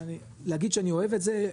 להגיד שאני אוהב את זה,